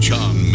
John